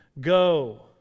go